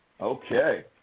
Okay